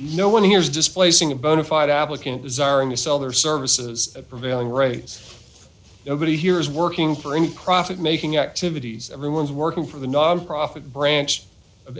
no one hears displacing a bonafide applicant desiring to sell their services at prevailing rates nobody here is working for any profit making activities everyone's working for the nonprofit branch of